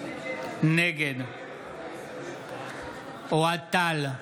נגד אוהד טל,